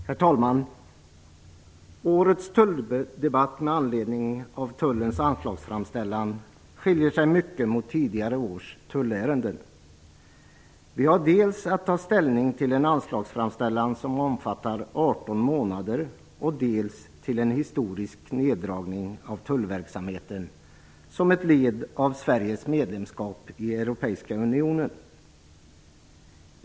Herr talman! Årets tulldebatt med anledning av tullens anslagsframställan skiljer sig mycket från tidigare års tullärende. Vi har dels att ta ställning till en anslagsframställan som omfattar 18 månader och dels till en historisk neddragning av tullverksamheten som ett led av Sveriges medlemskap i den europeiska unionen.